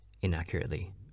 inaccurately